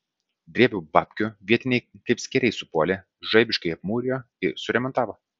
drėbiau babkių vietiniai kaip skėriai supuolė žaibiškai apmūrijo suremontavo